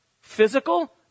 physical